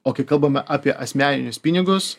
o kai kalbame apie asmeninius pinigus